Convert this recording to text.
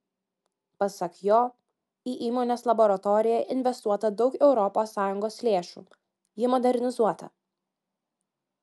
pasak jo į įmonės laboratoriją investuota daug europos sąjungos lėšų ji modernizuota